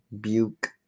Buke